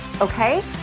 Okay